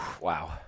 Wow